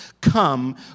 come